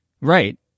Right